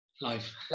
life